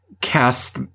cast